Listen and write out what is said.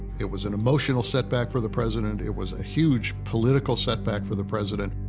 it was an emotional setback for the president. it was a huge political setback for the president.